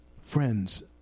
friends